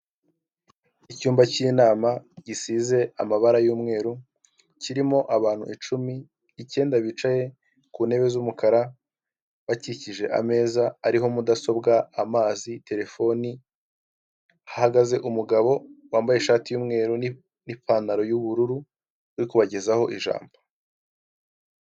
Icyumba cy'inama gisize amabara y'umweru kirimo abantu icumi ,icyenda bicaye ku ntebe z'umukara bakikije ameza ariho mudasobwa ,amazi ,terefoni hahagaze umugabo wambaye ishati y'umweru n'ipantaro y'ubururu uri kubagezaho ijambo.